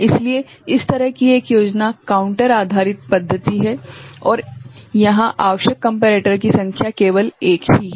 इसलिए इस तरह की एक योजना काउंटर आधारित पद्धति है जहां आवश्यक कम्पेरेटर की संख्या केवल एक ही है